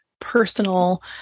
personal